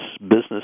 business